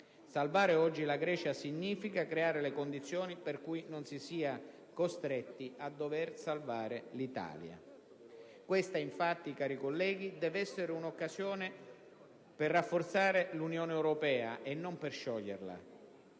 Salvare oggi la Grecia significa creare le condizioni per cui non si sia costretti a dover salvare l'Italia. Questa, infatti, cari colleghi, dev'essere un'occasione per rafforzare l'Unione europea e non per scioglierla;